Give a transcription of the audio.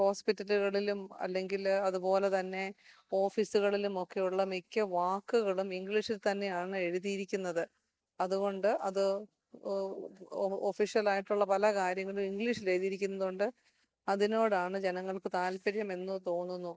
ഹോസ്പിറ്റലുകളിലും അല്ലെങ്കിൽ അതുപോലെത്തന്നെ ഓഫീസുകളിലും ഒക്കെയുള്ള മിക്ക വാക്കുകളും ഇംഗ്ലീഷിൽ തന്നെയാണ് എഴുതിയിരിക്കുന്നത് അതുകൊണ്ട് അത് ഓഫീഷ്യൽ ആയിട്ടുള്ള പല കാര്യങ്ങളും ഇംഗ്ലീഷിലെഴുതിയിരിക്കുന്നത് കൊണ്ട് അതിനോടാണ് ജനങ്ങൾക്ക് താല്പര്യം എന്ന് തോന്നുന്നു